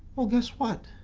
well guess what?